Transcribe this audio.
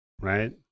right